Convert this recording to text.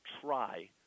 try